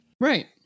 Right